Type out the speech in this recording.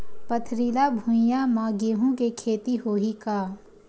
पथरिला भुइयां म गेहूं के खेती होही का?